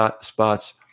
spots